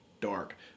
dark